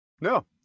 No